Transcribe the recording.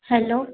hello